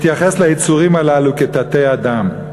מתייחס ליצורים הללו כתתי-אדם.